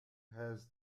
has